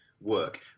work